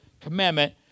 commandment